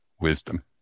wisdom